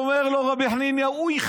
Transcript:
אומר לו רבי חניניה: אוי,